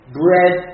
bread